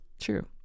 true